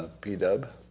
P-Dub